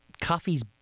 coffee's